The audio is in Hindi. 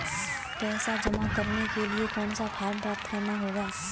पैसा जमा करने के लिए कौन सा फॉर्म प्राप्त करना होगा?